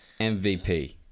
mvp